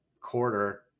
quarter